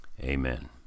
Amen